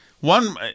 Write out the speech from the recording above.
One